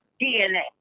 DNA